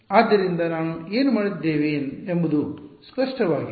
ಆದ್ದರಿಂದ ನಾವು ಏನು ಮಾಡಿದ್ದೇವೆ ಎಂಬುದು ಸ್ಪಷ್ಟವಾಗಿದೆ